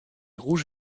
rouge